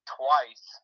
twice